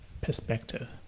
perspective